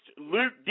Luke